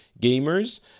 gamers